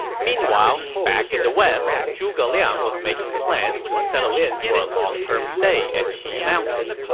meanwhile, back in the west, zhuge liang was making plans to settle in for a long-term stay at qi mountain.